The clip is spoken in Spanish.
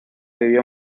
vivió